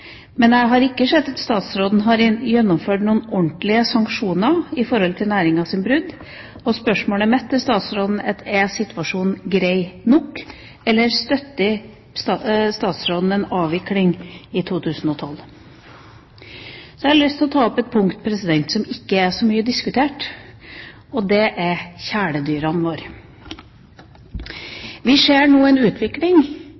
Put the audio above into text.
men jeg har ikke sett at statsråden har gjennomført noen ordentlige sanksjoner med tanke på næringas brudd. Jeg vil spørre statsråden: Er situasjonen grei nok? Eller støtter statsråden en avvikling i 2012? Så har jeg lyst til å ta opp et punkt som ikke er så mye diskutert, og det gjelder kjæledyrene våre. Vi ser nå en utvikling i kjæledyrbransjen, der det er